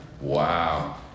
Wow